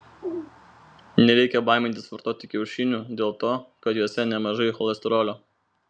nereikia baimintis vartoti kiaušinių dėl to kad juose nemažai cholesterolio